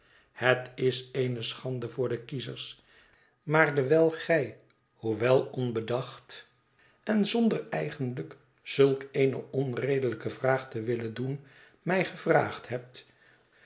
het is eene schande voor de kiezers maar dewijl gij hoewel onbedacht en zonder eigenlijk zulk eene onredelijke vraag te willen doen mij gevraagd hebt